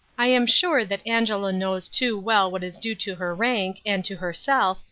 i am sure that angela knows too well what is due to her rank, and to herself,